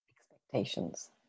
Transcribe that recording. Expectations